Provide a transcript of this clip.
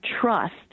trust